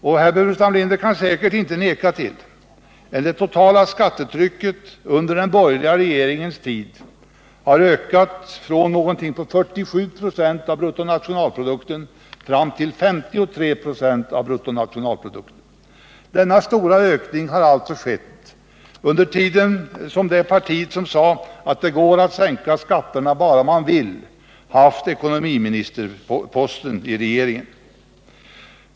Och herr Burenstam Linder kan säkert inte förneka att det totala skattetrycket under den borgerliga regeringens tid har ökat från någonting på 47 96 av bruttonationalprodukten år 1975 fram till 53 96 av bruttonationalprodukten år 1978. Denna stora ökning har alltså skett under en tid då det parti som sade, att det går att sänka skatten bara man vill, haft ekonomiministerposten i regeringen.